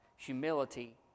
...humility